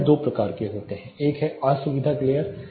glare दो प्रकार की होती है एक है असुविधा ग्लेर